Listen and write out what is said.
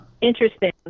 interesting